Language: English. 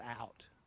out